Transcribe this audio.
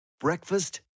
Breakfast